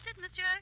monsieur